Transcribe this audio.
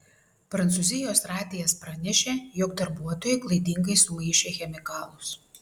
prancūzijos radijas pranešė jog darbuotojai klaidingai sumaišė chemikalus